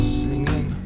singing